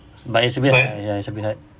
but it's a bit hard ya it's a bit hard